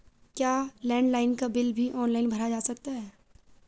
क्या लैंडलाइन का बिल भी ऑनलाइन भरा जा सकता है?